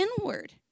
inward